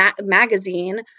magazine